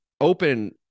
open